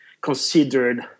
considered